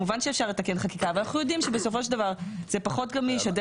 כמובן שאפשר לתקן חקיקה ואנחנו יודעים שבסופו של דבר זה פחות גמיש.